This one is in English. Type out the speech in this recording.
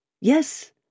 Yes